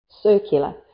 Circular